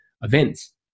events